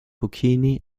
puccini